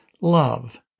love